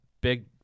big